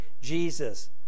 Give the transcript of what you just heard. Jesus